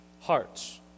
hearts